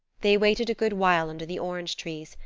they waited a good while under the orange trees,